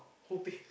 who pay